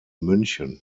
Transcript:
münchen